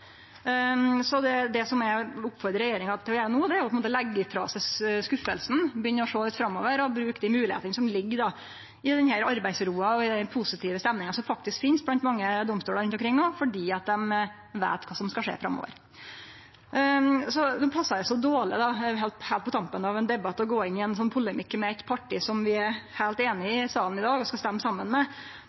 Så det eg vil oppfordre regjeringa til å gjere no, er å leggje frå seg skuffelsen, begynne å sjå litt framover og bruke dei moglegheitene som ligg i denne arbeidsroa og i den positive stemninga som faktisk finst blant mange domstolar rundt omkring no, fordi dei veit kva som skal skje framover. Det passar seg dårleg, heilt på tampen av ein debatt, å gå inn i ein polemikk med eit parti som vi er heilt einige med i salen i dag, og skal stemme saman med,